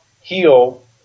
heal